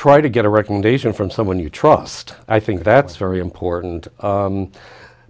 try to get a recommendation from someone you trust i think that's very important